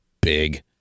big